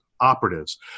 operatives